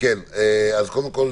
קודם כל,